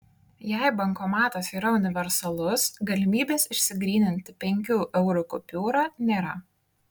jei bankomatas yra universalus galimybės išsigryninti penkių eurų kupiūrą nėra